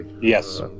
Yes